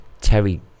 terry